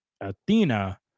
Athena